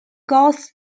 goths